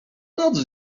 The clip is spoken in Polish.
noc